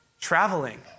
traveling